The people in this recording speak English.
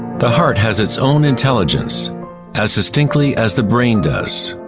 the heart has its own intelligence as distinctly as the brain does.